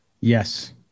Yes